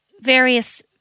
various